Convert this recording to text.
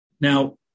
Now